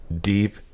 deep